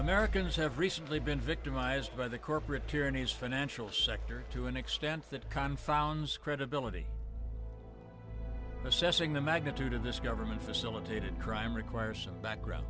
americans have recently been victimized by the corporate tyrannies financial sector to an extent that confound credibility assessing the magnitude of this government facilitated crime requires background